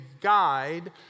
guide